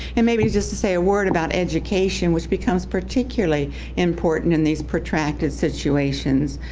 and maybe just to say a word about education which becomes particularly important in these protracted situations.